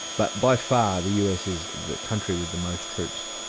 but by far, the us is the country with the most troops.